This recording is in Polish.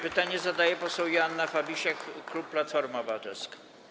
Pytanie zadaje poseł Joanna Fabisiak, klub Platforma Obywatelska.